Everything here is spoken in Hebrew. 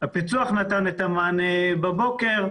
הפיצו"ח נתן מענה בבוקר,